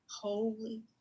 Holy